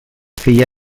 feia